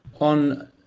On